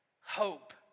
hope